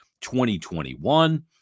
2021